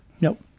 Nope